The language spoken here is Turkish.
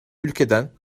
ülkeden